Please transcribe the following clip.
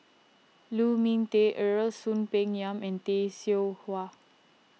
Lu Ming Teh Earl Soon Peng Yam and Tay Seow Huah